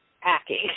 packing